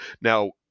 Now